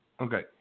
Okay